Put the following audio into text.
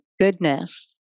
goodness